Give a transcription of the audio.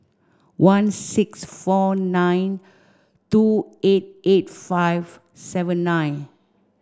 one six four nine two eight eight five seven nine